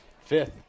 fifth